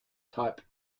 type